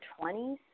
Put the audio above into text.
20s